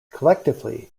collectively